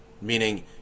meaning